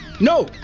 No